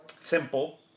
simple